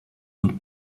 und